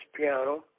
piano